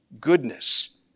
goodness